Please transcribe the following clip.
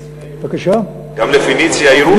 גם ל"פניציה ירוחם".